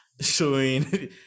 showing